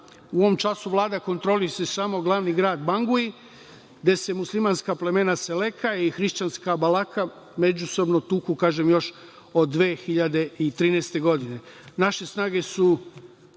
ovom času, Vlada kontroliše samo glavni grad Banguji, gde se muslimanska plemena Seleka i hrišćanska Balaka, međusobno tuku, kažem, još od 2013. godine. Naše snage su